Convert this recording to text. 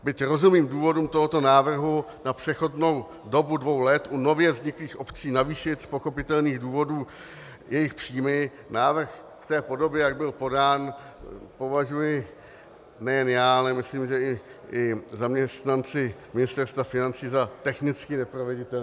Byť rozumím důvodům tohoto návrhu na přechodnou dobu dvou let u nově vzniklých obcí navýšit z pochopitelných důvodů jejich příjmy, návrh v té podobě, jak by podán, považuji nejen já, ale myslím, že i zaměstnanci Ministerstva financí za technicky neproveditelný.